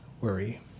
worry